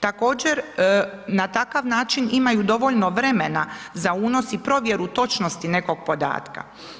Također na takav način imaju dovoljno vremena za unos i provjeru točnosti nekog podatka.